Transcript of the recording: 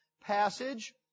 passage